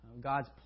God's